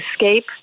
escape